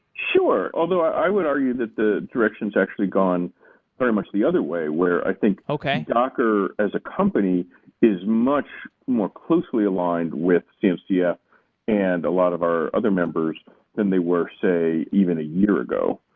sure. although i would argue that the directions actually gone very much the other way where i think docker as a company is much more closely aligned with cncf and a lot of our other members than they were, say, even a year ago.